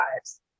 lives